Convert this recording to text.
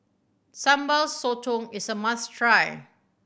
Sambal Sotong is a must try